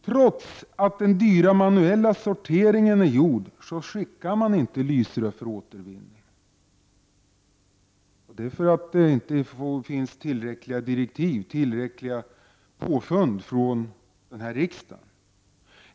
Trots att den dyra manuella sorteringen är gjord skickas inte lysrören till återvinning, och det beror på att det inte finns tillräckliga direktiv från riksdagen.